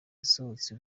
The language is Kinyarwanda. yasohotse